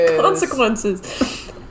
Consequences